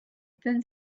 thin